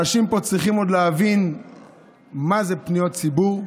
אנשים פה צריכים עוד להבין מה זה פניות ציבור.